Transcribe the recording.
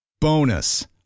Bonus